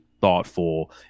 thoughtful